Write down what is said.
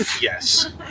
Yes